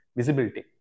visibility